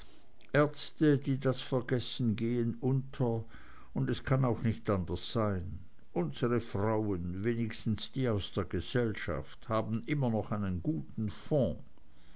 ärzte die das vergessen gehen unter und es kann auch nicht anders sein unsere frauen wenigstens die aus der gesellschaft haben immer noch einen guten fond